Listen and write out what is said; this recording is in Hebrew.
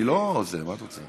אני לא, מה את רוצה.